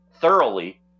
thoroughly